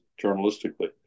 journalistically